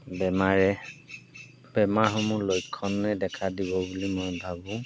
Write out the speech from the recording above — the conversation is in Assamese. বেমাৰে বেমাৰসমূহ লক্ষণে দেখা দিব বুলি মই ভাবোঁ